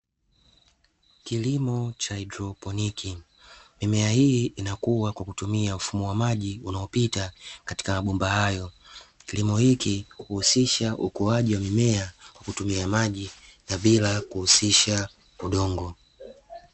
Kilimo cha haidroponi, mimea hii inakuwa kwa kutumia, mfumo wa maji unaopita katika mabomba hayo kilimo hiki huusisha ukuaji wa mimea kwa kutumia maji na bila kuhusisha udongo.